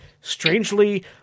strangely